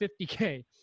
50K